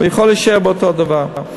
הוא יכול להישאר באותו דבר.